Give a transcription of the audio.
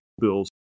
bills